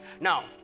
now